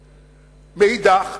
פיליפינים.